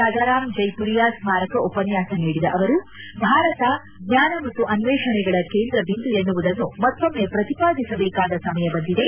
ರಾಜಾರಾಮ್ ಜ್ಲೆಪುರಿಯಾ ಸ್ನಾರಕ ಉಪನ್ನಾಸ ನೀಡಿದ ಅವರು ಭಾರತ ಜ್ವಾನ ಮತ್ತು ಅನ್ವೇಷಣೆಗಳ ಕೇಂದ್ರ ಬಿಂದು ಎನ್ನುವುದನ್ನು ಮತ್ತೊಮ್ನ ಪ್ರತಿಪಾದಿಸಬೇಕಾದ ಸಮಯ ಬಂದಿದೆ